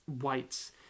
whites